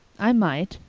i might.